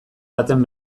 baten